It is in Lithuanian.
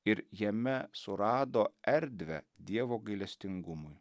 ir jame surado erdvę dievo gailestingumui